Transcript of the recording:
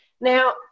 now